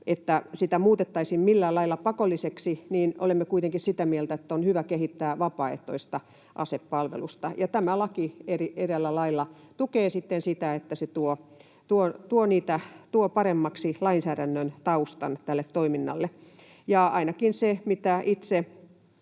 että sitä muutettaisiin millään lailla pakolliseksi, niin olemme kuitenkin sitä mieltä, että on hyvä kehittää vapaaehtoista asepalvelusta, ja tämä laki eräällä lailla tukee sitten sitä, että se tuo paremmaksi lainsäädännön taustan tälle toiminnalle. Ja ainakin se, mitä itse